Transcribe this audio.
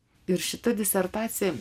ir šita disertacija